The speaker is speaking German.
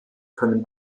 können